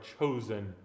chosen